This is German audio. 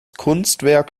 kunstwerk